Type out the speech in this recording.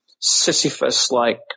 Sisyphus-like